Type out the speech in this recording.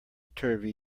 turvy